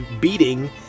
beating